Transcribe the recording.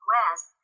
West